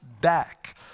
back